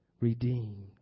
redeemed